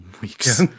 weeks